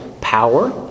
Power